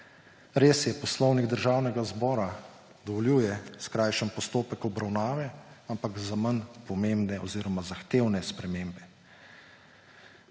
Res je, Poslovnik Državnega zbora dovoljuje skrajšani postopek obravnave, ampak za manj pomembne oziroma zahtevne spremembe.